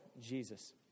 Jesus